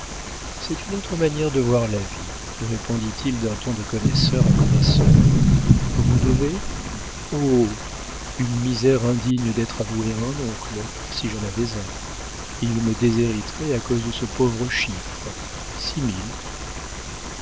c'est une autre manière de voir la vie répondit-il d'un ton de connaisseur à connaisseur vous devez oh une misère indigne d'être avouée à un oncle si j'en avais un il me déshériterait à cause de ce pauvre chiffre